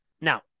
now